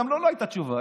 גם לו לא הייתה תשובה.